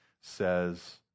says